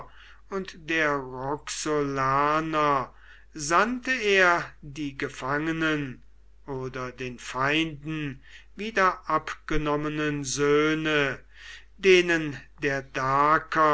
und der roxolaner sandte er die gefangenen oder den feinden wieder abgenommenen söhne denen der daker